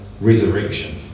resurrection